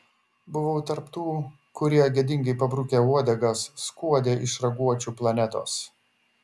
buvau tarp tų kurie gėdingai pabrukę uodegas skuodė iš raguočių planetos